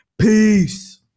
Peace